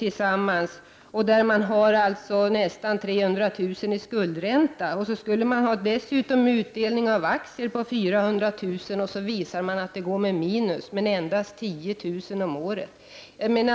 tillsammans, har nästan 300 000 kr. i skuldränta och dessutom har utdelning av aktier på 400 000 kr. Man visar att den familjen går med minus med endast 10 000 kr. om året.